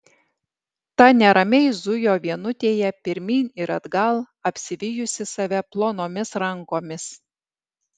ta neramiai zujo vienutėje pirmyn ir atgal apsivijusi save plonomis rankomis